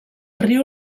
riu